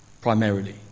primarily